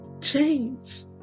Change